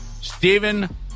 Stephen